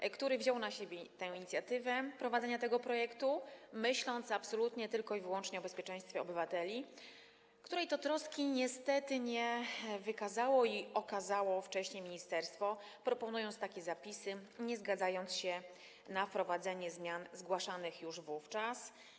Pan poseł wziął to na siebie, podjął inicjatywę prowadzenia tego projektu, myśląc absolutnie tylko i wyłącznie o bezpieczeństwie obywateli, której to troski niestety nie wykazało ani nie okazało wcześniej ministerstwo, proponując takie zapisy i nie zgadzając się na wprowadzenie zmian zgłaszanych już wówczas.